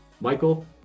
Michael